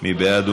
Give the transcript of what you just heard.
בעד?